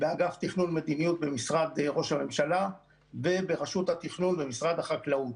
באגף תכנון מדיניות במשרד ראש הממשלה וברשות התכנון במשרד החקלאות.